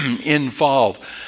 involve